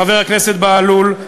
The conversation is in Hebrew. חבר הכנסת בהלול,